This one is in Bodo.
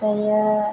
ओमफ्रायो